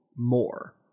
more